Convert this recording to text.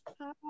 Hi